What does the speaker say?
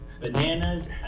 bananas